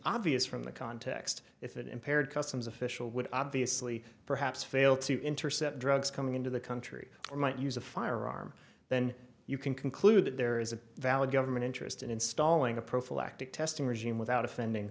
obvious from the context if it impaired customs official would obviously perhaps fail to intercept drugs coming into the country or might use a firearm then you can conclude that there is a valid government interest in installing a prophylactic testing regime without offending